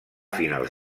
finals